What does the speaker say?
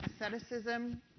asceticism